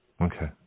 Okay